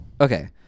Okay